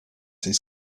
his